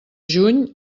juny